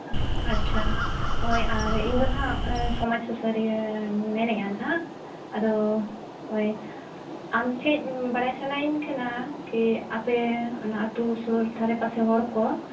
ᱟᱪᱪᱷᱟ ᱦᱳᱭ ᱟᱨ ᱤᱧᱫᱚ ᱱᱟᱦᱟᱜ ᱥᱚᱢᱟᱡᱽ ᱥᱩᱥᱟᱹᱨᱤᱭᱟᱹ ᱢᱮᱱᱮᱫᱼᱟ ᱦᱟᱸᱜ ᱟᱫᱚ ᱦᱳᱭ ᱟᱢ ᱴᱷᱮᱱ ᱵᱟᱲᱟᱭ ᱥᱟᱱᱟᱭᱤᱧ ᱠᱟᱱᱟ ᱠᱤ ᱟᱯᱮ ᱚᱱᱟ ᱟᱛᱳ ᱥᱩᱨ ᱫᱷᱟᱨᱮ ᱯᱟᱥᱮ ᱦᱚᱲ ᱠᱚ